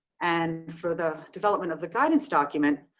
and for the development of the guidance document,